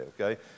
okay